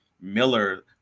Miller